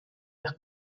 las